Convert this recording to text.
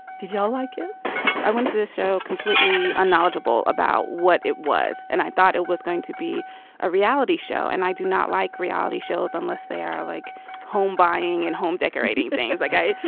did yeah like it i wanted this show completely ah knowledgeable about what it was and i thought it was going to be a reality show. and i do not like reality shows unless they are like home buying and home decorating things like i